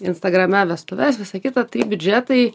instagrame vestuves visa kita tai biudžetai